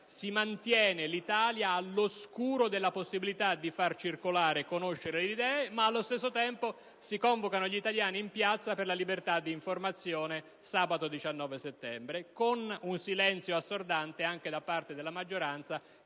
si mantiene l'Italia all'oscuro della possibilità di far circolare e conoscere le idee, ma allo stesso tempo si convocano gli italiani in piazza per la libertà di informazione sabato 19 settembre, con un silenzio assordante anche da parte della maggioranza,